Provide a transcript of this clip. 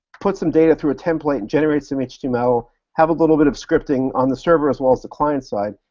put some data through a template, and generate some html, have a little bit of scripting on the server as well as the client side,